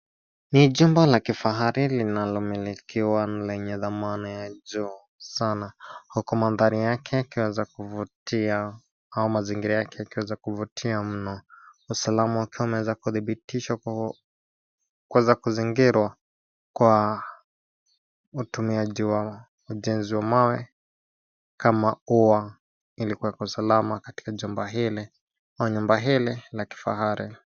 Ni jumba la kifahari linalomilikiwa na lenye dhamana ya juu, sana, huku mandhari yake yakiweza kuvutia, au mazingira yake yakiweza kuvutia mno, usalama ukiwa umeweza kuthibitishwa kwa kuweza kuzingirwa kwa utumiaji wa ujenzi wa mawe, kama ua ilikuweka usalama katika jumba hili au nyumba hili la kifahari.